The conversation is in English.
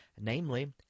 namely